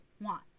want